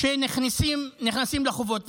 שנכנסים לחובות.